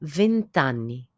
vent'anni